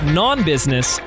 non-business